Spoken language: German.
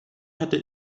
hätte